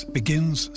begins